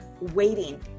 waiting